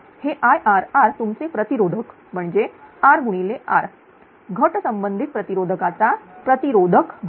हे Irr तुमचे प्रतिरोधक म्हणजे r गुणिले r घट संबंधित प्रतिरोधकाचा प्रतिरोधक भाग